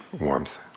warmth